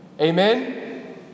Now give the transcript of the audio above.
Amen